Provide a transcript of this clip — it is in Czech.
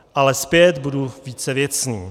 Ale zpět, budu více věcný.